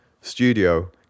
studio